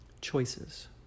choices